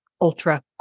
ultra